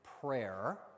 prayer